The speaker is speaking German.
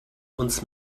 uns